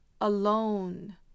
alone